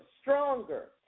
stronger